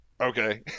okay